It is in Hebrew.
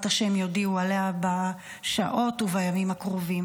השם יודיעו עליה בשעות או בימים הקרובים,